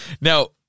Now